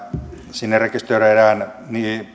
sinne rekisteröidään